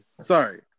Sorry